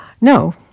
No